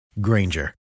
Granger